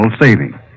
saving